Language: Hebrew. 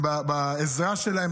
בעזרה שלהם,